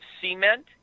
cement